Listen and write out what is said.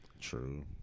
True